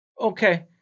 okay